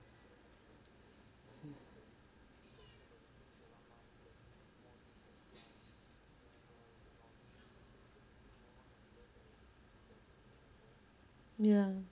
ya